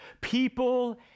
People